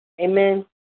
amen